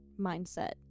mindset